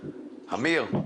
אמיר,